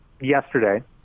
yesterday